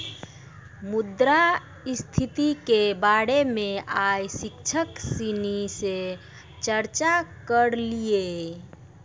मुद्रा स्थिति के बारे मे आइ शिक्षक सिनी से चर्चा करलिए